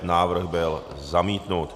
Návrh byl zamítnut.